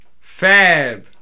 Fab